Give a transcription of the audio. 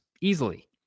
easily